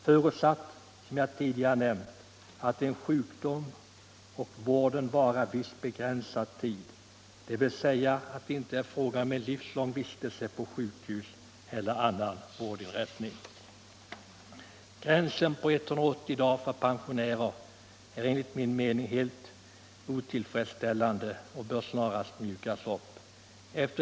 Förutsatt, som jag tidigare nämnt, att sjukdomen och vården varar viss begränsad tid, dvs. att det inte är fråga om en livslång vistelse på sjukhus eller annan vårdinrättning. Gränsen 180 dagar för pensionärer är enligt min mening helt otillfredsställande och bör snarast mjukas upp.